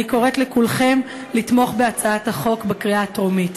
אני קוראת לכולכם לתמוך בהצעת החוק בקריאה הטרומית.